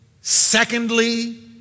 secondly